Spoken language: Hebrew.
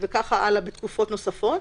וכך הלאה בתקופות נוספות,